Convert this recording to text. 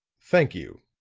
thank you,